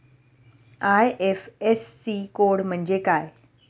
IFSC code म्हणजे काय?